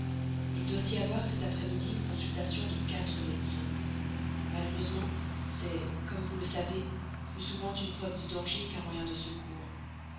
il doit y avoir cet après-midi une consultation de quatre médecins malheureusement c'est comme vous le savez plus souvent une preuve de danger qu'un moyen de secours